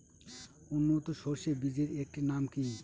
উন্নত সরষে বীজের একটি নাম কি?